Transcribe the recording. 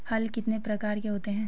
हल कितने प्रकार के होते हैं?